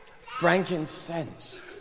Frankincense